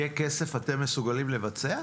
יהיה כסף, אתם מסוגלים לבצע?